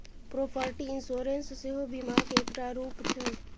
property insurance सेहो बीमाक एकटा रुप छै